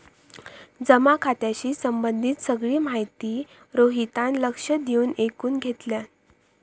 जमा खात्याशी संबंधित सगळी माहिती रोहितान लक्ष देऊन ऐकुन घेतल्यान